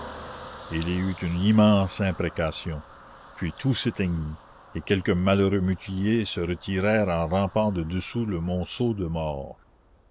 il y eut une immense imprécation puis tout s'éteignit et quelques malheureux mutilés se retirèrent en rampant de dessous le monceau de morts